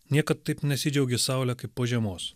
niekad taip nesidžiaugė saulė kaip po žiemos